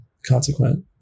Consequent